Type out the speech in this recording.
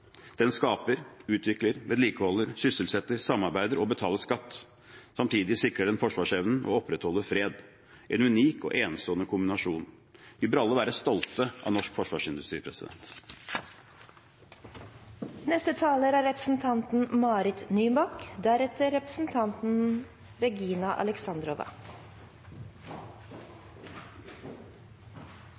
Den skaper, utvikler, vedlikeholder, sysselsetter, samarbeider og betaler skatt, og samtidig sikrer den forsvarsevnen og opprettholder fred – en unik og enestående kombinasjon. Vi bør alle være stolte av norsk forsvarsindustri.